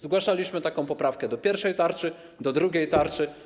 Zgłaszaliśmy taką poprawkę do pierwszej tarczy, do drugiej tarczy.